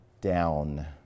down